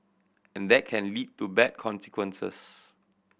and that can lead to bad consequences